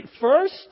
first